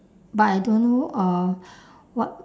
but I don't know uh what